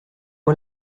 moi